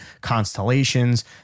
constellations